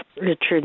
Richard